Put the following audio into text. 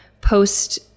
post